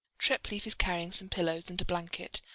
treplieff is carrying some pillows and a blanket,